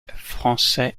français